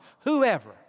Whoever